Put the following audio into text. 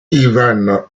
ivan